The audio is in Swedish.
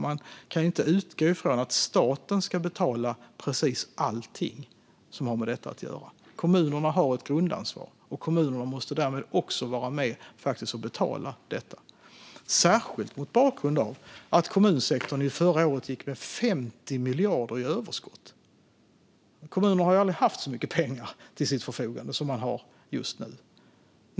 Man kan inte utgå från att staten ska betala precis allting som har med detta att göra. Kommunerna har ett grundansvar. Kommunerna måste därmed också vara med och betala detta, särskilt mot bakgrund av att kommunsektorn förra året gick med 50 miljarder i överskott. Kommunerna har aldrig haft så mycket pengar till sitt förfogande som de har just nu.